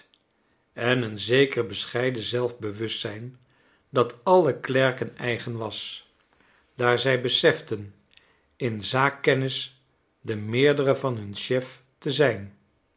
en een zeker bescheiden zelfbewustzijn dat alle klerken eigen was daar zij beseften in zaakkennis de meerdere van hun chef te zijn